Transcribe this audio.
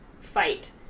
fight